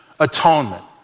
atonement